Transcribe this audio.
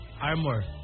armor